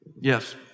Yes